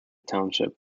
township